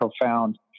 profound